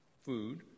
food